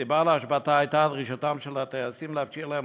הסיבה להשבתה הייתה דרישתם של הטייסים לאפשר להם